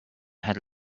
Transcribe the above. had